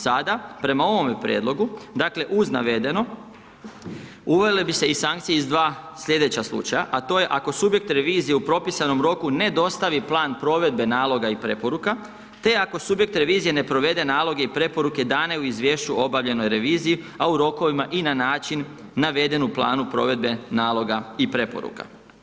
Sada, prema ovome prijedlogu, uz navedeno, uvelo bi se i sankcije iz 2 sljedeća slučaja, a to je ako subjekt revizije u propisanom roku, ne dostavi plan provedbe, naloga i preporuka, te ako subjekt revizije ne provede naloge i preporuke dane u izvješću obavljene u reviziji a u rokovima i na način naveden u planu provedbe naloga i preporuka.